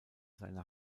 seine